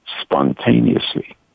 spontaneously